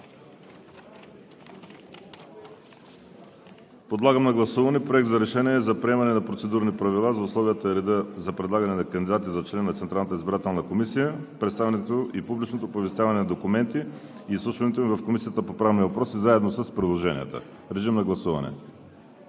Подлагам на гласуване Проект на решение за приемане на Процедурни правила за условията и реда за предлагане на кандидати за член на Централната избирателна комисия, представянето и публичното оповестяване на документите и изслушването им в Комисията по правни въпроси. Гласували